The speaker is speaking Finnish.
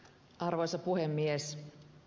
arvoisa puhemies